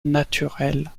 naturel